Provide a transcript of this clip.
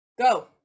Go